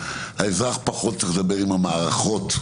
האזרח צריך פחות לדבר עם המערכות.